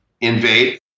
invade